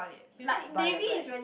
like maybe it's very